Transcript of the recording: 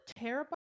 terabyte